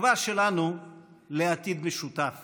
בתקווה שלנו לעתיד משותף